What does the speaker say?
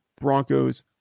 Broncos